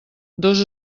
dos